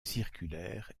circulaires